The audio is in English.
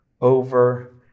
over